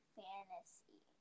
fantasy